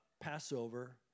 Passover